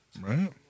Right